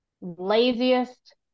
laziest